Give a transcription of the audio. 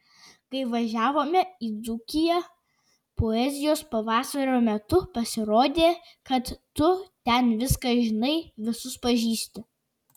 kai važiavome į dzūkiją poezijos pavasario metu pasirodė kad tu ten viską žinai visus pažįsti